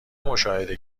مشاهده